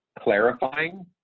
clarifying